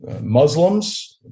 Muslims